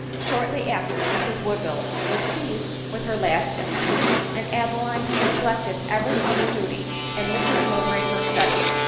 shortly after, mrs woodville was seized with her last illness and adeline neglected every other duty, and mrs mowbray her studies,